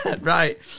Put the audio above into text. right